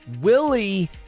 Willie